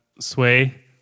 Sway